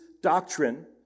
doctrine